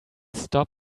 stop